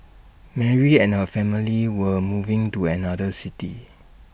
Mary and her family were moving to another city